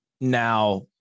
now